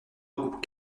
regroupe